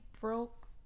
broke